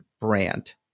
brand